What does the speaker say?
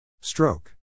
Stroke